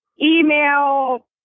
Email